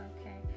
Okay